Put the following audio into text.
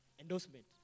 endorsement